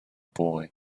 boy